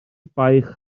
baich